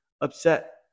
upset